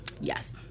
Yes